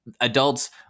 adults